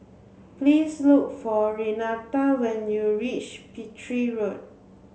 please look for Renata when you reach Petir Road